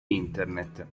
internet